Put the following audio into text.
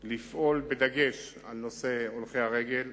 לפעול בדגש על נושא הולכי-הרגל,